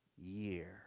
year